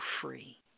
free